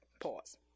pause